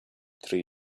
three